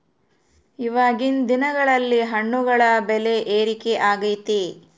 ಇವಾಗಿನ್ ದಿನಗಳಲ್ಲಿ ಹಣ್ಣುಗಳ ಬೆಳೆ ಏರಿಕೆ ಆಗೈತೆ